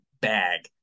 bag